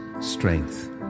strength